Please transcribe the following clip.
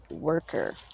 worker